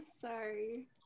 Sorry